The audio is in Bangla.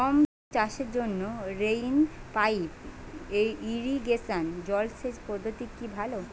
গম চাষের জন্য রেইন পাইপ ইরিগেশন জলসেচ পদ্ধতিটি কি ভালো?